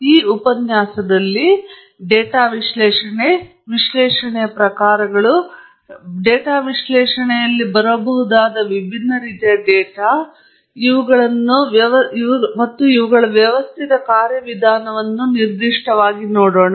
ಈ ಉಪನ್ಯಾಸದಲ್ಲಿ ನಾವು ಡೇಟಾ ವಿಶ್ಲೇಷಣೆ ವಿಶ್ಲೇಷಣೆಯ ಪ್ರಕಾರಗಳು ಮತ್ತು ಡೇಟಾ ವಿಶ್ಲೇಷಣೆಯಲ್ಲಿ ಎನ್ಕೌಂಟರ್ ಮಾಡಬಹುದಾದ ವಿಭಿನ್ನ ರೀತಿಯ ಡೇಟಾ ಮತ್ತು ಸಹಜವಾಗಿ ವ್ಯವಸ್ಥಿತ ಕಾರ್ಯವಿಧಾನವನ್ನು ನಿರ್ದಿಷ್ಟವಾಗಿ ನೋಡೋಣ